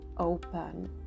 Open